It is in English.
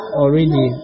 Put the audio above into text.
already